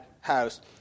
house